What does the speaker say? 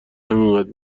همینقد